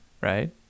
right